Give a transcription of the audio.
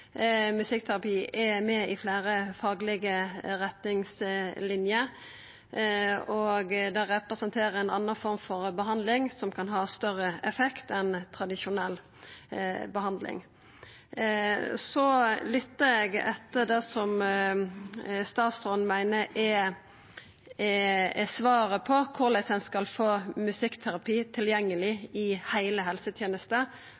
– musikkterapi er med i fleire faglege retningslinjer, og det representerer ei anna form for behandling, som kan ha større effekt enn tradisjonell behandling. Så lytta eg etter det statsråden meiner er svaret på korleis ein skal få musikkterapi